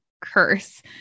curse